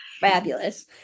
Fabulous